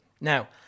Now